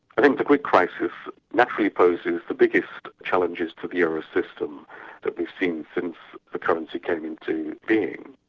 i think the greek crisis naturally poses the biggest challenges to the euro system that we've seen since the currency came into being.